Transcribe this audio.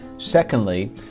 Secondly